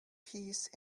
peace